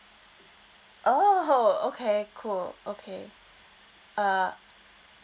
oh okay cool okay uh